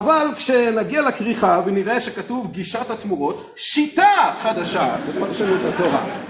אבל כשנגיע לקריחה ונראה שכתוב גישת התמורות שיטה חדשה בפרשנות התורה